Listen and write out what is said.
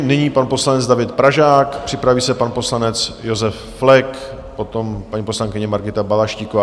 Nyní pan poslanec David Pražák, připraví se pan poslanec Josef Flek, potom paní poslankyně Margita Balaštíková.